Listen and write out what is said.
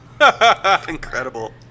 Incredible